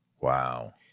Wow